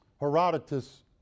Herodotus